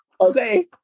Okay